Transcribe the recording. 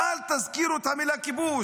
אל תזכירו את המילה כיבוש.